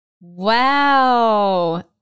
Wow